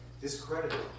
Discredited